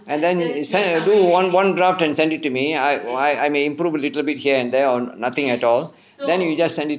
and then you send a do one one draft and send it to me I I I may improve a little bit here and there or nothing at all then you just send it